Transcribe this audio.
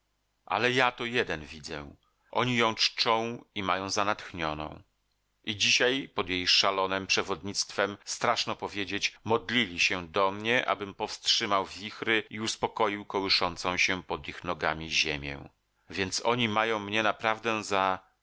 ale ja to jeden widzę oni ją czczą i mają za natchnioną i dzisiaj pod jej szalonem przewodnictwem straszno powiedzieć modlili się do mnie abym powstrzymał wichry i uspokoił kołyszącą się pod ich nogami ziemię więc oni mają mnie naprawdę za